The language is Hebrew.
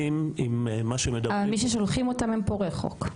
מי ששולחים אותם הם פורעי חוק?